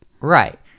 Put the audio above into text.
Right